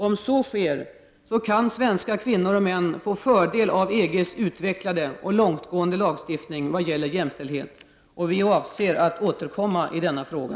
Om så sker, kan svenska kvinnor och män få fördel av EG:s utvecklade och långtgående lagstiftning vad gäller jämställdhet. Vi avser att återkomma i denna fråga.